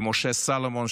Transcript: למשה סלומון,